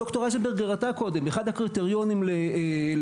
ד"ר אייזנברג הראתה קודם: אחד הקריטריונים למתן